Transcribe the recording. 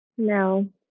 no